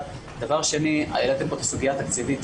דבר שני, העליתם פה את הסוגיה התקציבית.